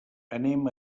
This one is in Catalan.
anem